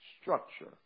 structure